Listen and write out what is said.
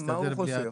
מה הוא חוסך,